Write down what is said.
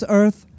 earth